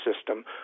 system